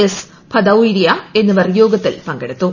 S Bhadauria എന്നിവർ യോഗത്തിൽ പങ്കെടുത്തു